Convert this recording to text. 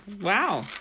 Wow